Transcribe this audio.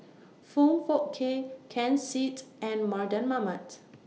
Foong Fook Kay Ken Seet and Mardan Mamat